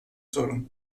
sorun